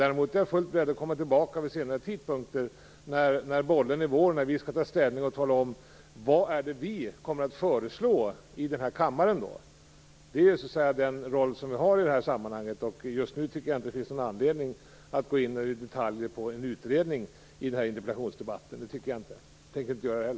Däremot är jag fullt beredd att återkomma vid en senare tidpunkt när bollen ligger hos oss och vi skall ta ställning och tala om vad vi kommer att föreslå riksdagen. Det är vår roll i det här sammanhanget. Jag tycker inte att det just nu finns någon anledning att i denna interpellationsdebatt gå in på detaljer i en utredning, och jag tänker inte heller göra det.